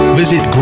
visit